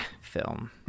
film